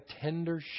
tender